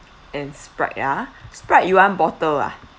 and sprite ya sprite you want bottle ah